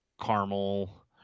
caramel